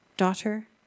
Daughter